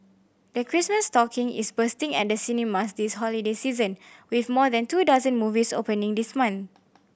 the Christmas stocking is bursting at the cinemas this holiday season with more than two dozen movies opening this month